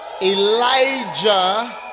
Elijah